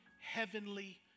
Heavenly